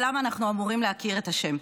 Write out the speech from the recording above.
ולמה אנחנו אמורים להכיר את השם.